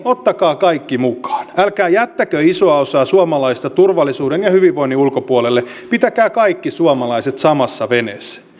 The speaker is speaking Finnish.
ottakaa kaikki mukaan älkää jättäkö isoa osaa suomalaisista turvallisuuden ja hyvinvoinnin ulkopuolelle pitäkää kaikki suomalaiset samassa veneessä